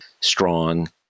strong